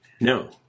no